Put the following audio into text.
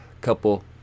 couple